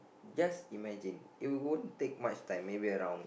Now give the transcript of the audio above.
just imagine it won't take much time maybe around